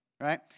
right